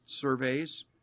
surveys